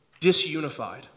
disunified